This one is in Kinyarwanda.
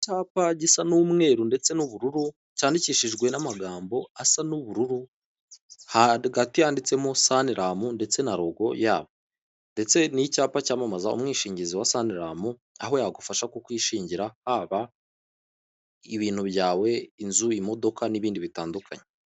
Icyapa gisa n'umweru ndetse n'ubururu, cyandikishijwe n'amagambo asa n'ubururu, hagati handitsemo saniramu, ndetse na logo yabo, ndetse n'icyapa cyamamaza umwishingizi wa saniramu aho yagufasha ku kwishingira haba ibintu byawe, inzu, imodoka, n'ibindi bitandukanye.